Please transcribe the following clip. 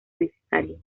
necesario